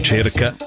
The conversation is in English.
cerca